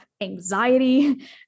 anxiety